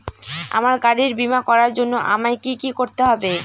আমার গাড়ির বীমা করার জন্য আমায় কি কী করতে হবে?